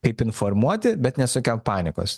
kaip informuoti bet nesukelt panikos